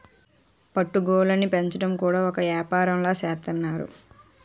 పట్టు గూళ్ళుని పెంచడం కూడా ఒక ఏపారంలా సేత్తన్నారు